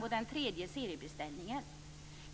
mot den tredje seriebeställningen.